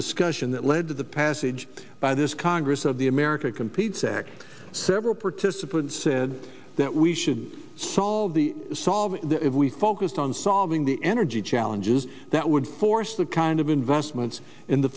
discussion that led to the passage by this congress of the america competes sec several participants said that we should solve the solve that if we focused on solving the energy challenges that would force the kind of investments in the